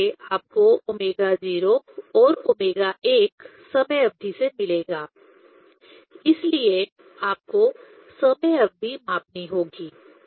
प्रयोग से आपको ω0 और ω1 समय अवधि से मिलेगा इसलिए आपको समय अवधि मापनी होगी